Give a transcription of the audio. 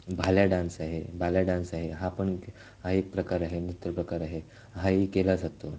Bhalya dance आहे Balya dance आहे हा पण हा एक प्रकार आहे नृत्य प्रकार आहे हाही केला जातो